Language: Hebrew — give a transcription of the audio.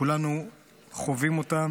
כולנו חווים אותם